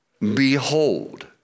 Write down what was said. behold